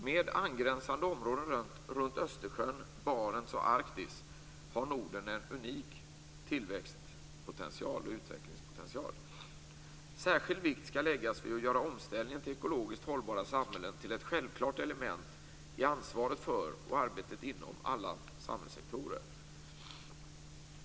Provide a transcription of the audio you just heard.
Med angränsande områden runt Östersjön, Barents och Arktis har Norden en unik utvecklingspotential. Särskild vikt skall läggas vid att göra omställningen till ekologiskt hållbara samhällen till ett självklart element i ansvaret för och arbetet inom alla samhällssektorer.